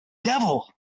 devil